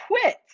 quit